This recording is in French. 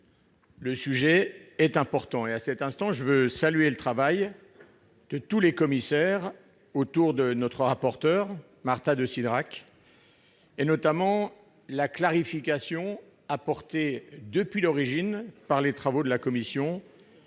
le sujet est important. À cet instant, je veux saluer le travail de tous les commissaires autour de notre rapporteure, Marta de Cidrac, notamment la clarification qu'a apportée, dès l'origine, la commission